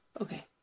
Okay